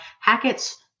Hackett's